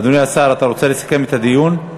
אדוני השר, אתה רוצה לסכם את הדיון?